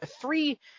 three